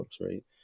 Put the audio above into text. right